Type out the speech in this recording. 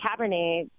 Cabernet